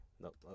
Nope